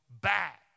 back